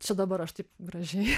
čia dabar aš taip gražiai